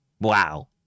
wow